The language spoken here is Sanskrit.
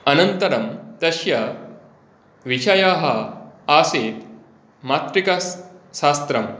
अनन्तरं तस्य विषयः आसीत् मातृकाशास्त्रम्